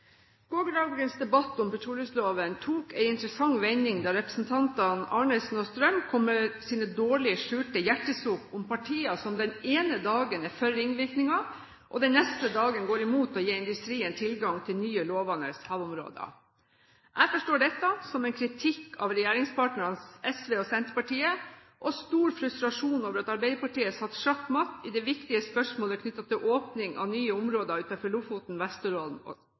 debatt om petroleumsloven tok en interessant vending da representantene Arnesen og Strøm kom med sine dårlig skjulte hjertesukk om partier som den ene dagen er for ringvirkninger, og den neste dagen går imot å gi industrien tilgang til nye lovende havområder. Jeg forstår dette som en kritikk av regjeringspartnerne SV og Senterpartiet og stor frustrasjon over at Arbeiderpartiet er satt sjakkmatt i det viktige spørsmålet knyttet til åpning av nye områder utenfor Lofoten, Vesterålen og